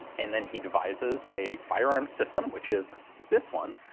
and then he devises a firearm system, which is this one,